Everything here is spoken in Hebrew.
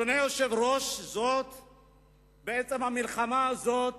אדוני היושב-ראש, בעצם המלחמה הזאת